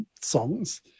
songs